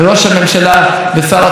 למנכ"ל משרד החוץ יובל רותם,